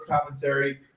commentary